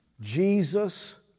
Jesus